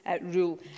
rule